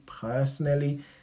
personally